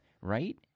right